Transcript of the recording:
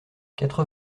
quatre